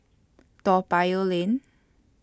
Toa Payoh Lane